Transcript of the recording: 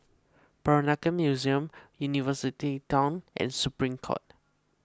Peranakan Museum University Town and Supreme Court